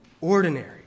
ordinary